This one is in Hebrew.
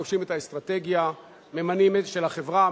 מגבשים את האסטרטגיה של החברה,